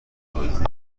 aborozi